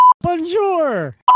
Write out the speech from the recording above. Bonjour